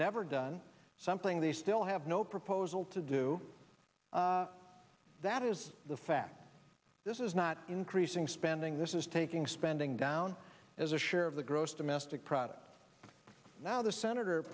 never done something they still have no proposal to do that is the fact this is not increasing spending this is taking spending down as a share of the gross domestic product now the senator